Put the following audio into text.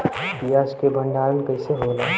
प्याज के भंडारन कइसे होला?